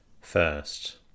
First